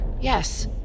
Yes